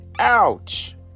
ouch